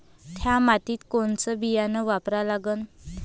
थ्या मातीत कोनचं बियानं वापरा लागन?